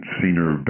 senior